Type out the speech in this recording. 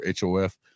hof